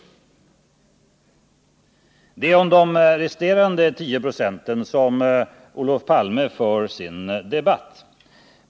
Det är om de resterande 10 96 som Olof Palme för sin debatt.